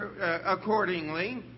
accordingly